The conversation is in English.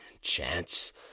chance